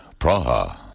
Praha